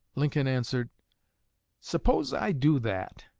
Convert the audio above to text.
lincoln answered suppose i do that.